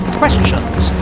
questions